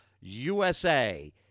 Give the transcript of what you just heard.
USA